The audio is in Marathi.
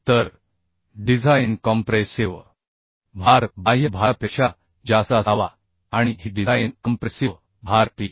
तर डिझाइन कॉम्प्रेसिव भार बाह्य भारापेक्षा जास्त असावा आणि ही डिझाइन कॉम्प्रेसिव भार P